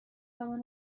دامن